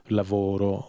lavoro